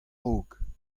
raok